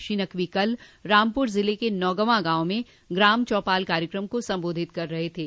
श्री नकवी कल रामपुर ज़िले के नौगंवा गांव में ग्राम चौपाल कार्यक्रम को संबोधित कर रहे थे